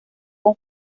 con